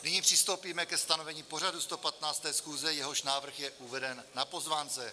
Nyní přistoupíme ke stanovení pořadu 115. schůze, jehož návrh je uveden na pozvánce.